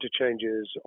interchanges